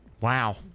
Wow